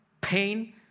pain